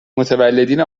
متولدین